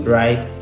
right